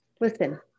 listen